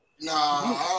nah